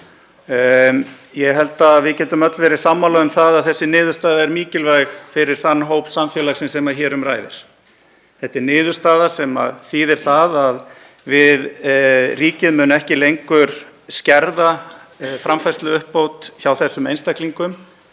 Ég held að við getum öll verið sammála um að þessi niðurstaða er mikilvæg fyrir þann hóp samfélagsins sem hér um ræðir. Þetta er niðurstaða sem þýðir að ríkið mun ekki lengur skerða framfærsluuppbót hjá þessum einstaklingum